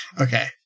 Okay